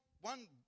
one